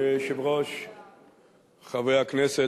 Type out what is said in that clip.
חבר הכנסת